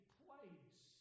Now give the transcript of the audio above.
place